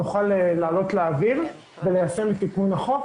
נוכל לעלות באוויר וליישם את תיקון החוק